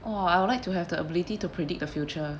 !wah! I would like to have the ability to predict the future